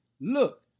look